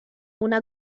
una